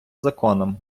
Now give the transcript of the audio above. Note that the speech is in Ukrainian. законом